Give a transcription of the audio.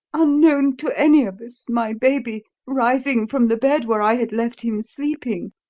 unknown to any of us, my baby, rising from the bed where i had left him sleeping,